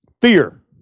Fear